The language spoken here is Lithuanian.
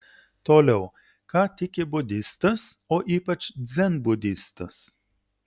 toliau ką tiki budistas o ypač dzenbudistas